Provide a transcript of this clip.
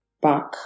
back